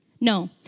No